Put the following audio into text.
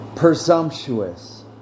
presumptuous